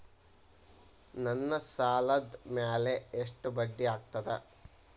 ನನ್ನ ಸಾಲದ್ ಮ್ಯಾಲೆ ಎಷ್ಟ ಬಡ್ಡಿ ಆಗ್ತದ?